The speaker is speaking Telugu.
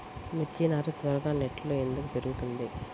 మిర్చి నారు త్వరగా నెట్లో ఎందుకు పెరుగుతుంది?